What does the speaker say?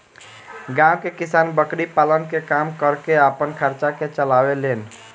गांव के किसान बकरी पालन के काम करके आपन खर्चा के चलावे लेन